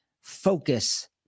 focus